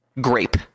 Grape